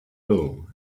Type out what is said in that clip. ill